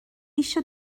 eisiau